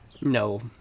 No